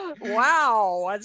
Wow